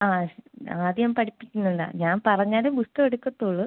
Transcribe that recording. ആ സ് ആദ്യം പഠിപ്പിക്കുന്നില്ല ഞാൻ പറഞ്ഞാലേ പുസ്തകം എടുക്കത്തുള്ളൂ